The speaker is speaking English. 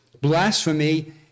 Blasphemy